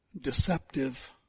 deceptive